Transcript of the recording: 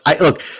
look